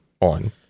on